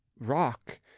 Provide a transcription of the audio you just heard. rock